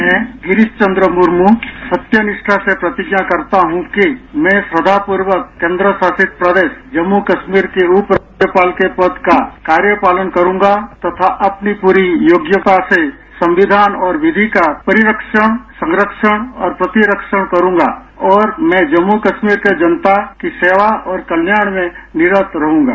मैं गिरीश चन्द्र मुर्मू सत्यनिष्ठा से प्रतिज्ञा करता हूं कि मैं सदा पूर्वक केंद्रशासित प्रदेश जम्मु कश्मीर के उप राज्यपाल के पद का कार्यपालन करूंगा तथा अपनी पूरी योग्यता से संविधान और विधि का परिरक्षण संरक्षण और प्रतिरक्षण करूंगा और मैं जम्मू कश्मीर की जनता की सेवा और कल्याण में निरत रहूंगा